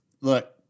Look